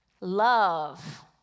love